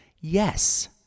Yes